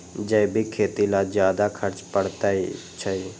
जैविक खेती ला ज्यादा खर्च पड़छई?